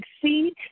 succeed